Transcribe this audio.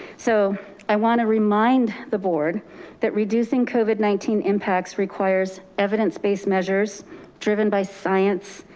so i want to remind the board that reducing covid nineteen impacts requires evidence-based measures driven by science,